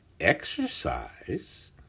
exercise